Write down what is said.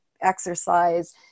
exercise